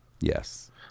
yes